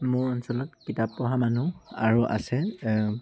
মোৰ অঞ্চলত কিতাপ পঢ়া মানুহ আৰু আছে